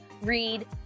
Read